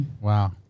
Wow